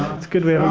it's good we haven't